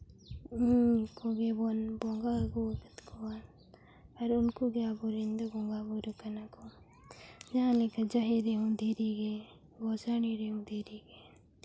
ᱠᱚᱜᱮ ᱵᱚᱱ ᱵᱚᱸᱜᱟ ᱟᱹᱜᱩ ᱟᱠᱟᱫ ᱠᱚᱣᱟ ᱟᱨ ᱩᱱᱠᱩ ᱜᱮ ᱟᱵᱚ ᱨᱮᱱ ᱫᱚ ᱵᱚᱸᱜᱟᱼᱵᱳᱨᱳ ᱠᱟᱱᱟ ᱠᱚ ᱡᱟᱦᱟᱸ ᱨᱮᱠᱟ ᱡᱟᱦᱮᱨ ᱨᱮᱦᱚᱸ ᱫᱷᱤᱨᱤ ᱜᱮ ᱜᱳᱥᱟᱲᱮ ᱦᱚᱸ ᱫᱷᱤᱨᱤ ᱜᱮ